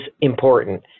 important